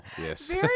Yes